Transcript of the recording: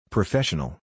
Professional